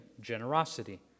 generosity